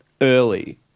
early